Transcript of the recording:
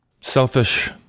selfish